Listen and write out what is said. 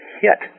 hit